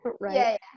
Right